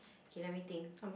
okay let me think